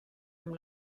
amb